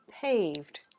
paved